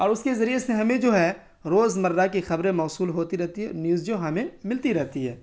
اور اس کے ذریعے سے ہمیں جو ہے روزمرہ کی خبریں موصول ہوتی رہتی ہیں نیوز جو ہمیں ملتی رہتی ہے